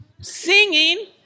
singing